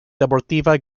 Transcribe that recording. deportiva